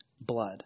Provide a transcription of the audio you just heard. blood